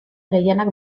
gehienak